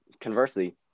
conversely